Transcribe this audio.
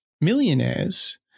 millionaires